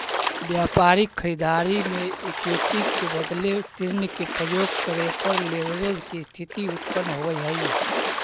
व्यापारिक खरीददारी में इक्विटी के बदले ऋण के प्रयोग करे पर लेवरेज के स्थिति उत्पन्न होवऽ हई